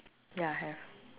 ya have